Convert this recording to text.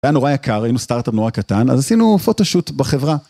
היה נורא יקר, היינו סטאטאפ נורא קטן, אז עשינו פוטושוט בחברה.